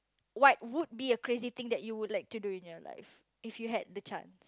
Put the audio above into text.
what would be a crazy thing you would like to do in your life if you had the chance